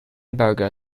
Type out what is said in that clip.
burger